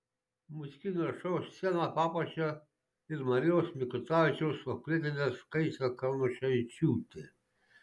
muzikinio šou sceną papuošė ir marijaus mikutavičiaus auklėtinė skaistė karnuševičiūtė